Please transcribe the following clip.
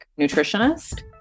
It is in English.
nutritionist